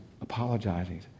apologizing